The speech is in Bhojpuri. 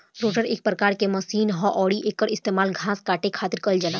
रोटर एक प्रकार के मशीन ह अउरी एकर इस्तेमाल घास काटे खातिर कईल जाला